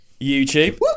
YouTube